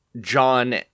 John